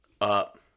Up